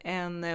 en